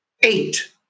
Eight